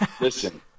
listen